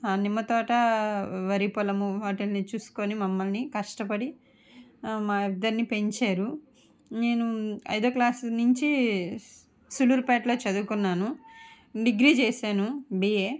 ఆ నిమ్మ తోట వరి పొలము వాటిని చూసుకొని మమ్మలని కష్టపడి మా ఇద్దరిని పెంచారు నేను ఐదో క్లాస్ నుంచి సూళూర్ పేటలో చదువుకున్నాను డిగ్రీ చేసాను బీఏ